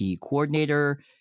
coordinator